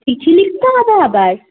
চিঠি লিখতে হবে আবার